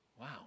Wow